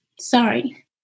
sorry